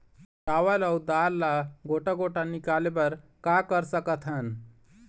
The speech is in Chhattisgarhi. चावल अऊ दाल ला गोटा गोटा निकाले बर का कर सकथन?